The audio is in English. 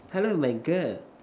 hello my girl